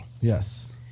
Yes